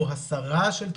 או הסרה של תוכן,